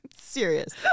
Serious